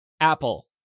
Apple